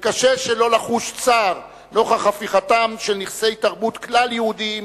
וקשה שלא לחוש צער נוכח הפיכתם של נכסי תרבות כלל-יהודיים